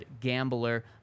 Gambler